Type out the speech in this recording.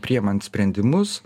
priemant sprendimus